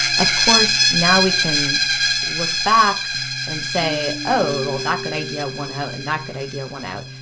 of course, now we can look back and say, oh, well, that good idea won out and that good idea won out.